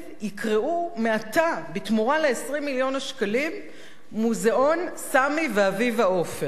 יקראו מעתה בתמורה ל-20 מיליון השקלים "מוזיאון סמי ואביבה עופר".